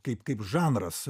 kaip kaip žanras